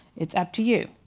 it's up to you.